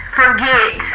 forget